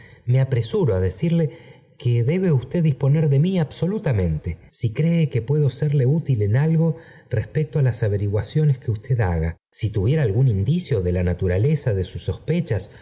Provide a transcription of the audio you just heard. me apreé euro á decirle que debe usted disponer de mí abi solutatnente si cree que puedo serle útil en algo p respecto á las averiguaciones que usted haga si s tuviera algún indicio de la naturaleza de sus sosf